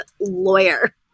lawyer